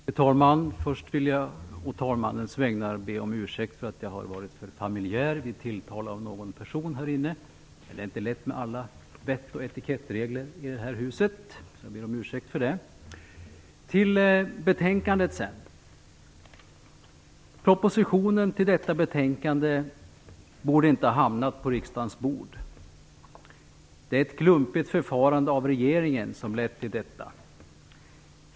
Fru talman! Först vill jag be andre vice talmannen om ursäkt för att jag har varit för familjär vid tilltal av någon person här i kammaren. Det är inte lätt med alla regler för vett och etikett i detta hus. Så till betänkandet. Den proposition som behandlas i detta betänkande borde inte ha hamnat på riksdagens bord. Det är ett klumpigt förfarande från regeringens sida som lett fram till att så skett.